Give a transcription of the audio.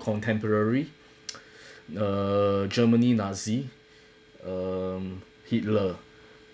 contemporary err germany nazi um hitler